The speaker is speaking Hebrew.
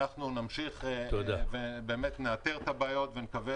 אנחנו נמשיך ונאתר את הבעיות ונקווה